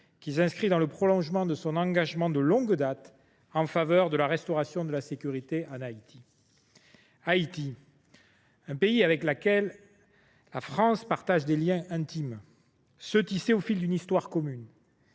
s’inscrit dans le prolongement de son engagement de longue date en faveur de la restauration de la sécurité en Haïti. Haïti, un pays avec lequel la France partage des liens intimes, tissés au fil d’une histoire commune,